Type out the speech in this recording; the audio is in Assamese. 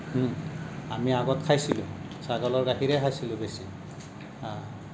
আমি আগত খাইছিলোঁ ছাগলৰ গাখীৰেই খাইছিলোঁ বেছি হা